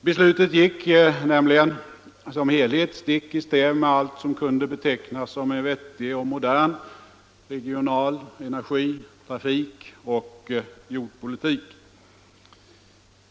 Beslutet gick nämligen som helhet stick i stäv med allt som kunde betecknas som en vettig och modern regional-, energi-, trafikoch jordpolitik.